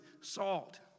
salt